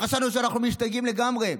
חשבנו שאנחנו משתגעים לגמרי.